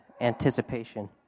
anticipation